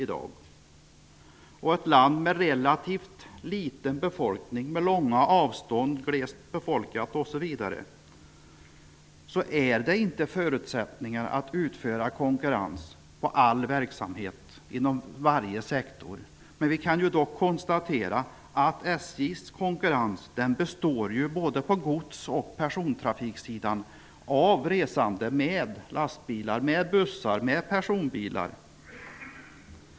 I ett glest befolkat land med relativt liten befolkning, långa avstånd osv finns det inte förutsättningar att utföra konkurrens på all verksamhet inom varje sektor. Men vi kan konstatera att SJ:s konkurrens både på gods och persontrafiksidan består av resande med lastbilar, bussar och personbilar.